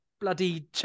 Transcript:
bloody